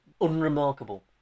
unremarkable